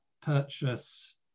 purchase